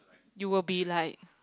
you were be like